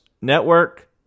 Network